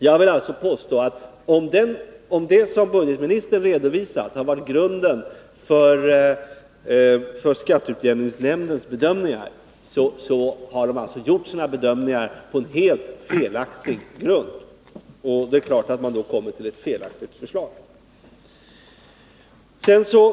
Jag vill alltså påstå att om det som budgetministern redovisar har varit grunden för skatteutjämningsnämndens bedömningar, har nämnden gjort sina bedömningar på helt felaktig grund. Och det är klart att man då kommer fram till ett felaktigt förslag.